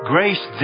Grace